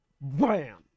Bam